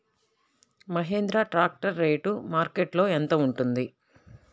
Mahindra tractor rate మార్కెట్లో యెంత ఉంటుంది?